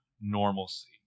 normalcy